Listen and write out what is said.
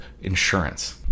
insurance